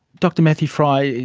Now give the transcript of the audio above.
dr matthew frei,